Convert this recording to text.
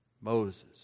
Moses